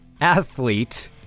athlete